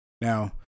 Now